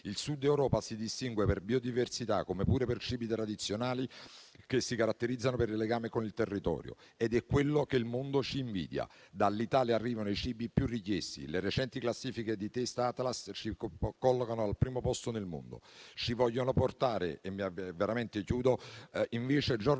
Il Sud Europa si distingue per biodiversità, come pure per cibi tradizionali che si caratterizzano per il legame con il territorio, ed è quello che il mondo ci invidia. Dall'Italia arrivano i cibi più richiesti. Le recenti classifiche della guida «TasteAtlas» ci collocano al primo posto nel mondo e invece ci vogliono portare, giorno dopo giorno, verso